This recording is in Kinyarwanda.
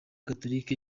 gatolika